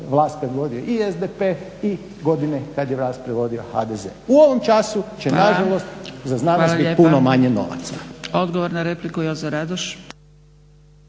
vlast predvodio i SDP i godine kad je vlast predvodio HDZ. U ovom času će nažalost za znanost biti puno manje novaca.